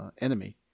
Enemy